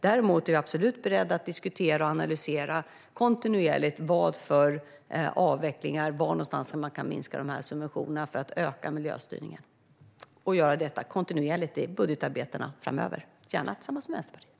Däremot är jag absolut beredd att kontinuerligt diskutera och analysera vilka avvecklingar som kan göras och var någonstans man kan minska subventionerna för att öka miljöstyrningen. Detta ska vi göra kontinuerligt i budgetarbetena framöver - gärna tillsammans med Vänsterpartiet.